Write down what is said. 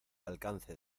alcance